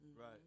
Right